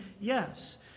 yes